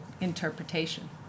interpretation